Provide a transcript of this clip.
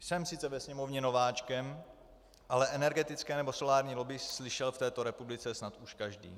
Jsem sice ve Sněmovně nováčkem, ale o energetické nebo solární lobby slyšel v této republice snad už každý.